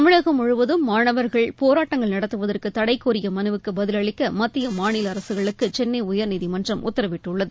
தமிழகம் முழுவதும் மாணவர்கள் போராட்டங்கள் நடத்துவதற்கு தளடக் கோரிய மனுவுக்கு பதிலளிக்க மத்திய மாநில அரசுகளுக்கு சென்னை உயர்நீதிமன்றம் உத்தரவிட்டுள்ளது